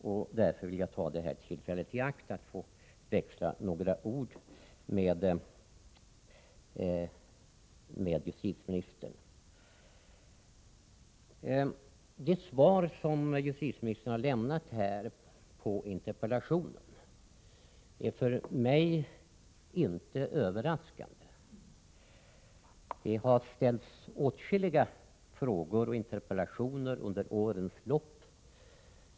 Därför vill jag ta det här tillfället i akt att få växla några ord med justitieministern. Det svar som justitieministern har lämnat på interpellationen är för mig inte överraskande. Det har framställts åtskilliga frågor och interpellationer under årens lopp om detta ämne.